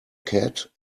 cat